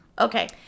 Okay